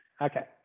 okay